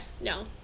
no